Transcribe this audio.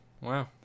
wow